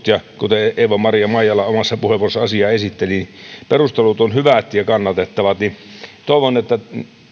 ja kuten eeva maria maijala omassa puheenvuorossaan asiaa esitteli lain perustelut ovat hyvät ja kannatettavat toivon että